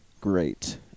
Great